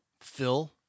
Phil